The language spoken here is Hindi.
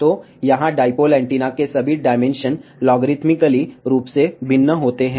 तो यहाँ डाईपोल एंटीना के सभी डाइमेंशन लॉगरिथमिकली रूप से भिन्न होते हैं